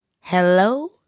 Hello